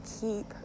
keep